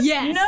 Yes